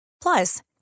Plus